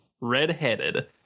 red-headed